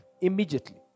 Immediately